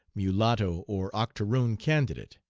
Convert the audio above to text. mulatto, or octoroon candidate.